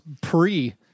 pre